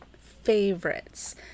favorites